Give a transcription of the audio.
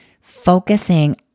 focusing